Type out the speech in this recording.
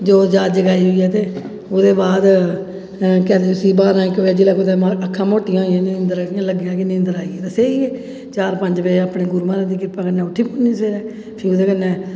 जोत जात जगाई जगुइयै ते ओह्दे बाद केह् आखदे उस्सी बारां इक्क बजे जेल्लै कुतै लगदा अक्खां मोटियां होई गेआ निंदर आई इयां लग्गेआ नींदर आई गेई ते सेई गे ते चार पंज बजे अपने गुरू महाराज दी किरपा कन्नै उट्ठी पौन्ने सवेरै फ्ही ओह्दे कन्नै